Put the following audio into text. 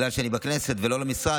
כי שאני בכנסת ולא במשרד,